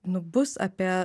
nu bus apie